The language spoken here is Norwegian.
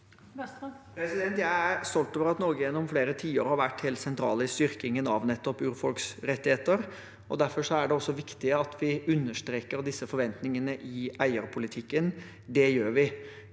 Jeg er stolt over at Norge gjennom flere tiår har vært helt sentrale i styrkingen av nettopp urfolks rettigheter. Derfor er det også viktig at vi understreker disse forventningene i ei erskapspolitikken. Det gjør vi.